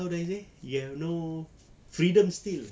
how do I say you have no freedom still